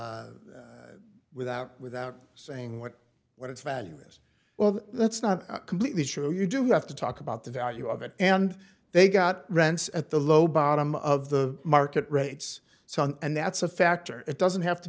without without saying what what its value is well that's not completely sure you do have to talk about the value of it and they got rents at the low bottom of the market rates and that's a factor it doesn't have to